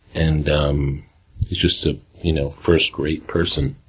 and um is just a you know first rate person.